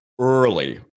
early